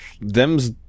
them's